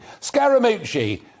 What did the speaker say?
Scaramucci